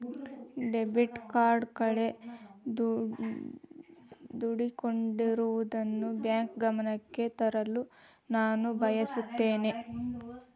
debit card ಕಳೆದುಕೊಂಡಿರುವುದನ್ನು bank ಗಮನಕ್ಕೆ ತರಲು ನಾನು ಬಯಸುತ್ತೇನೆ